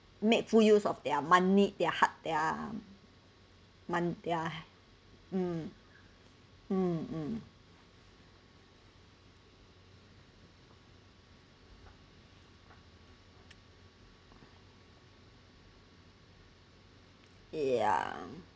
make full use of their money their heart their mon~ their mm mm yeah